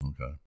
Okay